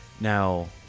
Now